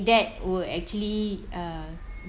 dad will actually uh